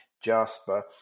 Jasper